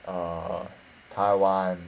err taiwan